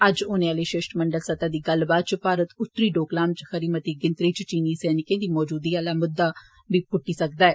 अज्ज होने आली शिश्टमंडल स्तरै दी गल्लबात च भारत उत्तरी डोकलाम च खरी मती गिनतरी च चीनी सैनिकें दी मजूदगी आला मुद्दा बी होई सकदा ऐ